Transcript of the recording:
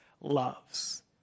loves